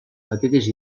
petites